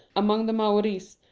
among the maoris,